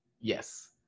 Yes